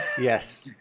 Yes